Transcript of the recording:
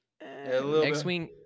X-Wing